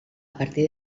partir